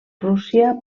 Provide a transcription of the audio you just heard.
rússia